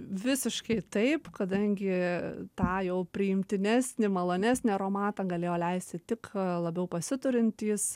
visiškai taip kadangi tą jau priimtinesnį malonesnį aromatą galėjo leisti tik labiau pasiturintys